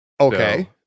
Okay